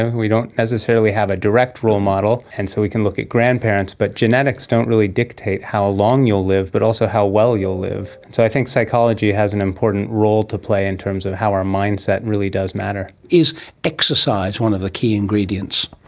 and we don't necessarily have a direct role model, and so we can look at grandparents, but genetics don't really dictate how long you will live but also how well you'll live. so i think psychology has an important role to play in terms of how our mindset really does matter. is exercise one of the key ingredients?